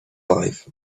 alive